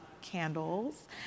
candles